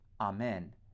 Amen